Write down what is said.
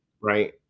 right